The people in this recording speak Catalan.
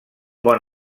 bon